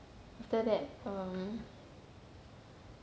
after that um